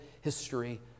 history